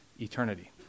eternity